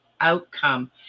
outcome